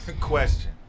question